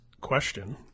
question